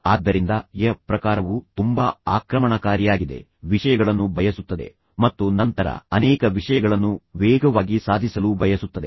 ಆದ್ದರಿಂದ ಎ ಪ್ರಕಾರವು ತುಂಬಾ ಆಕ್ರಮಣಕಾರಿಯಾಗಿದೆ ವಿಷಯಗಳನ್ನು ಬಯಸುತ್ತದೆ ಮತ್ತು ನಂತರ ಅನೇಕ ವಿಷಯಗಳನ್ನು ವೇಗವಾಗಿ ಸಾಧಿಸಲು ಬಯಸುತ್ತದೆ